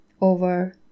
over